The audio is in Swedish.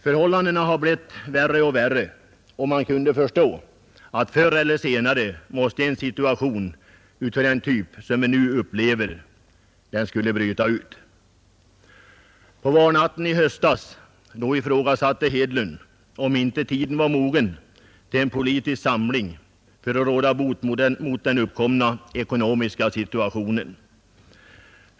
Förhållandena har blivit värre och värre, och man kunde förstå att en situation av den typ som vi nu upplever förr eller senare skulle uppstå. På valnatten i höstas ifrågasatte herr Hedlund om inte tiden vore mogen för en politisk samling för att råda bot på den uppkomna ekonomiska situationen.